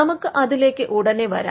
നമുക്ക് അതിലേക്ക് ഉടനെ വരാം